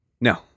no